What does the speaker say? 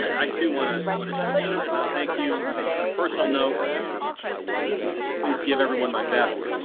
i too want to want to just yeah um thank you on a personal note it please give everyone my best.